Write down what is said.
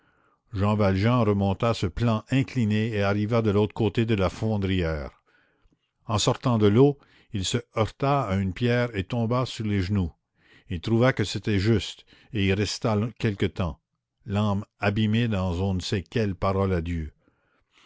jean valjean remonta ce plan incliné et arriva de l'autre côté de la fondrière en sortant de l'eau il se heurta à une pierre et tomba sur les genoux il trouva que c'était juste et y resta quelque temps l'âme abîmée dans on ne sait quelle parole à dieu